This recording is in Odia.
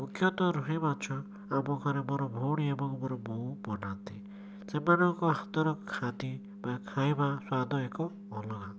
ମୁଖ୍ୟତଃ ରୋହି ମାଛ ଆମ ଘରେ ମୋର ଭଉଣୀ ଏବଂ ମୋର ବୋଉ ବନାନ୍ତି ସେମାନଙ୍କ ହାତର ଖାଦି ବା ଖାଇବା ସୁଆଦ ଏକ ଅଲଗା